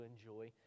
enjoy